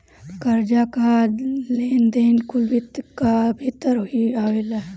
कर्जा कअ लेन देन कुल वित्त कअ भितर ही आवेला